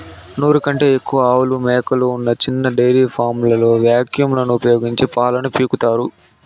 నూరు కంటే ఎక్కువ ఆవులు, మేకలు ఉన్న చిన్న డెయిరీ ఫామ్లలో వాక్యూమ్ లను ఉపయోగించి పాలను పితుకుతారు